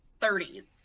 30s